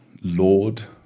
lord